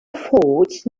affords